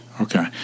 Okay